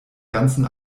ganzen